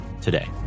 today